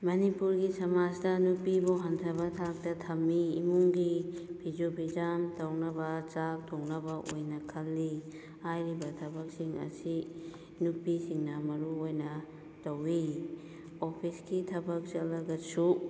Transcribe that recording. ꯃꯅꯤꯄꯨꯔꯒꯤ ꯁꯃꯥꯖꯇ ꯅꯨꯄꯤꯕꯨ ꯍꯟꯊꯕ ꯊꯥꯛꯇ ꯊꯝꯃꯤ ꯏꯃꯨꯡꯒꯤ ꯐꯤꯁꯨ ꯐꯤꯖꯥꯝ ꯇꯧꯅꯕ ꯆꯥꯛ ꯊꯣꯡꯅꯕ ꯑꯣꯏꯅ ꯈꯜꯂꯤ ꯍꯥꯏꯔꯤꯕ ꯊꯕꯛꯁꯤꯡ ꯑꯁꯤ ꯅꯨꯄꯤꯁꯤꯡꯅ ꯃꯔꯨ ꯑꯣꯏꯅ ꯇꯧꯏ ꯑꯣꯐꯤꯁꯀꯤ ꯊꯕꯛ ꯆꯠꯂꯒꯁꯨ